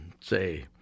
say